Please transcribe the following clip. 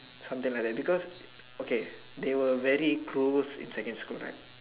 something like that because okay they were very close in secondary school right